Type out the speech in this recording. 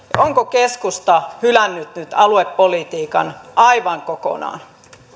onko keskusta hylännyt nyt aluepolitiikan aivan kokonaan